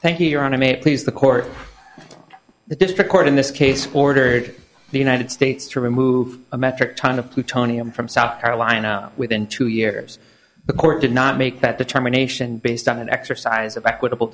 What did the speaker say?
thank you your honor may please the court the district court in this case ordered the united states to remove a metric ton of plutonium from south carolina within two years the court did not make that determination based on an exercise of equitable